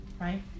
right